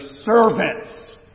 servants